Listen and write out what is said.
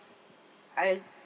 I